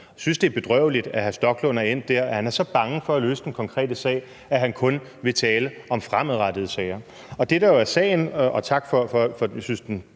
Jeg synes, det er bedrøveligt, at hr. Rasmus Stoklund er endt der, at han er så bange for at løse den konkrete sag, at han kun vil tale om fremadrettede sager. Det, der jo er problemet her – og tak for både den